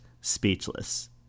speechless